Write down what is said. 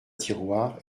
tiroir